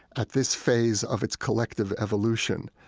at this phase of its collective evolution,